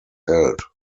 held